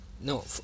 No